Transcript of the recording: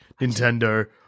Nintendo